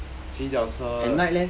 骑脚车